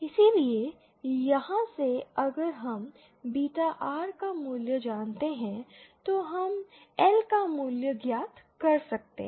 इसलिए यहाँ से अगर हम बीटा R का मूल्य जानते हैं तो हम L का मूल्य ज्ञात कर सकते हैं